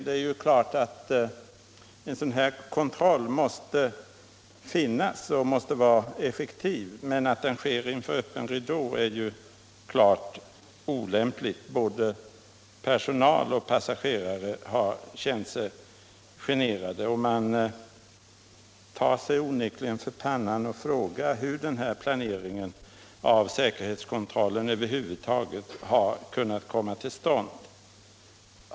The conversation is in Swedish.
Det måste givetvis finnas en sådan här kontroll, och den måste vara effektiv, men att den sker inför öppen ridå är klart olämpligt — både personal och passagerare har känt sig generade. Man tar sig onekligen för pannan och frågar sig hur denna planering av säkerhetskontrollen över huvud taget har kunnat komma till stånd.